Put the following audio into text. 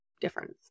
difference